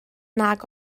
nag